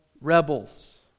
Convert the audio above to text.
rebels